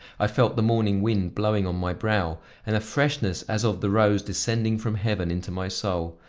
i felt the morning wind blowing on my brow and a freshness as of the rose descending from heaven into my soul.